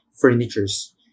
furnitures